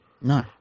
no